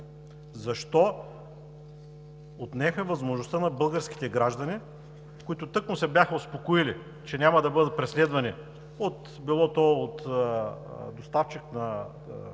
Защо отнеха възможността на българските граждани, които тъкмо се бяха поуспокоили, че няма да бъдат преследвани – било то от доставчик на услуги – интернет,